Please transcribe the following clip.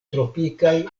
tropikaj